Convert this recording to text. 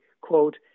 quote